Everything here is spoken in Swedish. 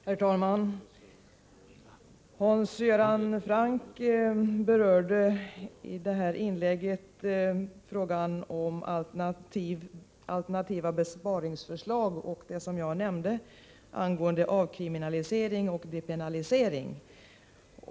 Herr talman! Hans Göran Franck berörde i sitt senaste inlägg frågan om alternativa besparingsförslag och det som jag nämnde angående avkriminalisering och depenalisering.